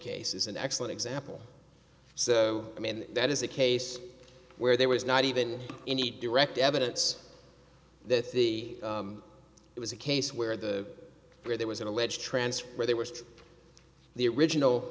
case is an excellent example so i mean that is a case where there was not even any direct evidence that the it was a case where the where there was an alleged transfer where there was the original